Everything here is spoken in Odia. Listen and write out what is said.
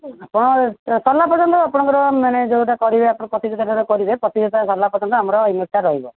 କ'ଣ ସରିଲା ପର୍ଯ୍ୟନ୍ତ ଆପଣଙ୍କର ମାନେ ଯୋଉଟା କରିବେ ଆପଣ ପ୍ରତିଯୋଗିତାଟା କରିବେ ପ୍ରତିଯୋଗିତା ସରିଲା ପର୍ଯ୍ୟନ୍ତ ଆମର ୟୁନିଟ୍ଟା ରହିବ